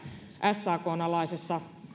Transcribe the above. sakn alaisessa